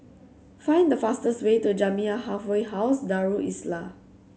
find the fastest way to Jamiyah Halfway House Darul Islah